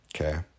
Okay